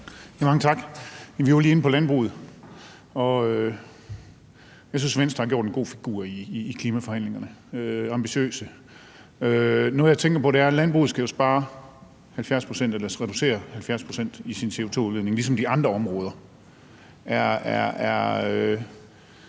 Vi var lige inde på landbruget, og jeg synes, Venstre har gjort en god figur i klimaforhandlingerne og har været ambitiøse. Noget, jeg tænker på, er, at landbruget jo skal reducere 70 pct. i sin CO2-udledning ligesom de andre områder.